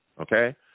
okay